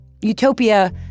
Utopia